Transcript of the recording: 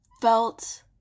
felt